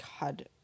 God